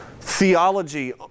theology